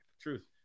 Truth